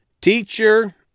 Teacher